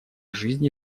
жизни